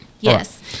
Yes